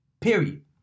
Period